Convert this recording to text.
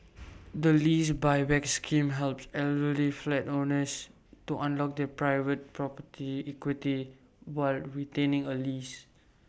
the lease Buyback scheme helps elderly flat owners to unlock their private property's equity while retaining A lease